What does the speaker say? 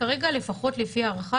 כרגע לפחות לפי ההערכה,